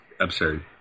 absurd